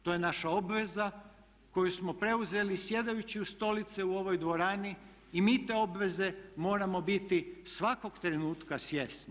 To je naša obveza koju smo preuzeli sjedajući u stolice u ovoj dvorani i mi te obveze moramo biti svakog trenutka svjesni.